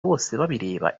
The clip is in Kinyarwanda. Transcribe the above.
bosebabireba